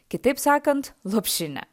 kitaip sakant lopšinę